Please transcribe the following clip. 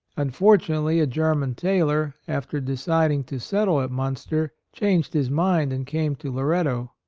unfortunately, a ger man tailor, after deciding to settle at minister, changed his mind and came to loretto.